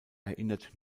erinnert